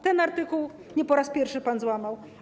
Ten artykuł nie po raz pierwszy pan złamał.